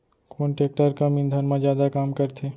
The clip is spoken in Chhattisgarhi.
कोन टेकटर कम ईंधन मा जादा काम करथे?